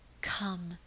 come